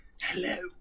Hello